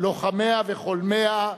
לוחמיה וחולמיה,